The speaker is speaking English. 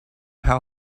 how